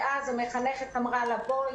אז המחנכת אמרה לה: בואי,